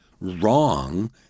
Wrong